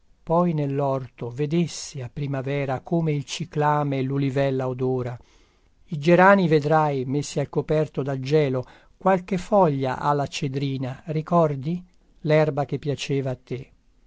poi nellorto vedessi a primavera come il ciclame e lulivella odora i gerani vedrai messi al coperto dal gelo qualche foglia ha la cedrina ricordi lerba che piaceva a te